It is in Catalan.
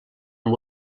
amb